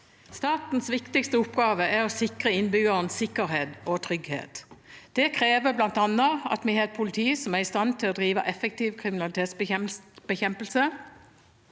Statens viktigste opp- gave er å gi innbyggerne sikkerhet og trygghet. Det krever bl.a. at vi har et politi som er i stand til å drive effektiv kriminalitetsbekjempelse,